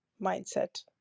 mindset